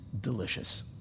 delicious